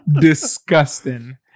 disgusting